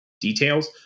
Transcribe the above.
details